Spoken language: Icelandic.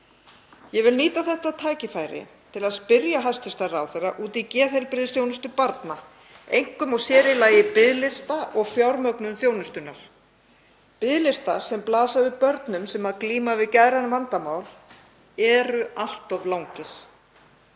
Ég vil nýta þetta tækifæri til að spyrja hæstv. ráðherra út í geðheilbrigðisþjónustu barna, einkum og sér í lagi biðlista og fjármögnun þjónustunnar. Biðlistar sem blasa við börnum sem glíma við geðræn vandamál eru allt of langir,